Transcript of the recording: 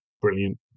Brilliant